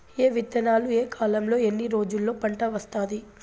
ఏ విత్తనాలు ఏ కాలంలో ఎన్ని రోజుల్లో పంట వస్తాది?